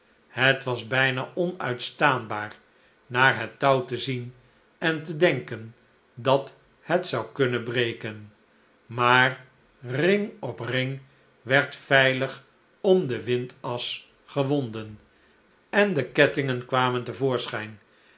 het was bijna onuitstaanbaar naar het touw te zien en te denken dat het zou kunnen breken maar ring op ring werd veilig om het windas gewonden en de kettingen kwamen